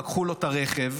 לקחו לו את הרכב